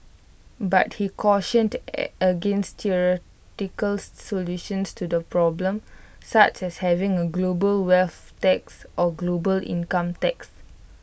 but he cautioned against theoretical solutions to the problem such as having A global wealth tax or global income tax